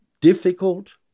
difficult